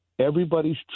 Everybody's